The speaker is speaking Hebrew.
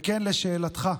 וכן, לשאלתך,